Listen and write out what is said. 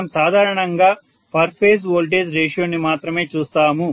మనం సాధారణంగా per phase voltage రేషియోని మాత్రమే చూస్తాము